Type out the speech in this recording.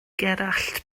gerallt